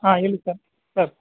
ಹಾಂ ಹೇಳಿ sir sir